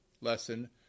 lesson